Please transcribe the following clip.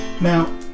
now